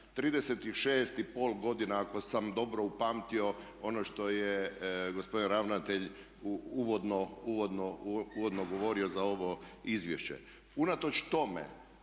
36,5 godina ako sam dobro upamtio ono što je gospodin ravnatelj uvodno govorio za ovo izvješće. Unatoč tome,